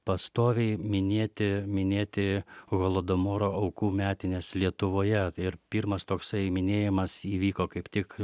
pastoviai minėti minėti holodomoro aukų metines lietuvoje ir pirmas toksai minėjimas įvyko kaip tik